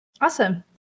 Awesome